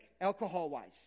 alcohol-wise